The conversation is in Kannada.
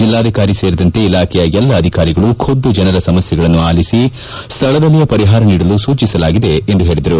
ಜಿಲ್ಲಾಧಿಕಾರಿ ಸೇರಿದಂತೆ ಇಲಾಖೆಯ ಎಲ್ಲ ಅಧಿಕಾರಿಗಳು ಖುದ್ದು ಜನರ ಸಮಸ್ಥೆಗಳನ್ನು ಆಲಿಖ ಸ್ವಕದಲ್ಲಿಯೇ ಪರಿಹಾರ ನೀಡಲು ಸೂಚಿಸಲಾಗಿದೆ ಎಂದು ಹೇಳಿದರು